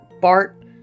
Bart